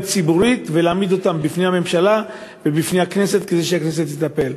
ציבורית ולהעמיד אותם בפני הממשלה ובפני הכנסת כדי שהכנסת תטפל.